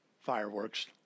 fireworks